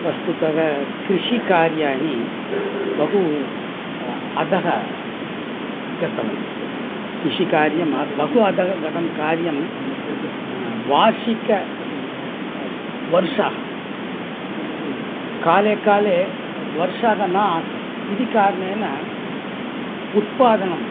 वस्तुतः कृषिकार्याणि बहु अधः गतं कृषिकार्यं बहु अधः गतं कार्यं वार्षिकः वर्षा काले काले वर्षा न आसन् इति कारणेन उत्पादनम्